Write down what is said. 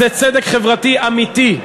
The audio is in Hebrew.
זה צדק חברתי אמיתי.